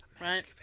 right